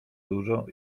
dużo